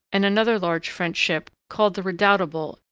and another large french ship, called the redoubtable,